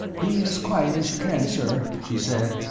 be as quiet as you can, sir, she said.